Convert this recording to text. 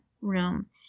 room